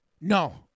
No